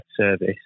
service